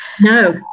No